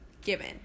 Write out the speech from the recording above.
given